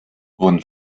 wurden